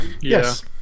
Yes